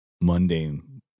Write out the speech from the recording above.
mundane